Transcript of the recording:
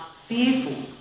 fearful